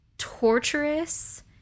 torturous